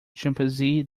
chimpanzee